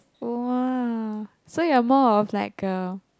oh !wow! so you're more of like a